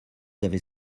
avez